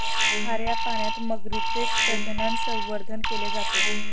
खाऱ्या पाण्यात मगरीचे प्रजनन, संवर्धन केले जाते